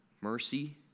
Mercy